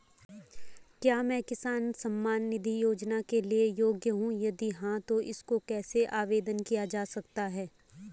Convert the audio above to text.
क्या मैं किसान सम्मान निधि योजना के लिए योग्य हूँ यदि हाँ तो इसको कैसे आवेदन किया जा सकता है?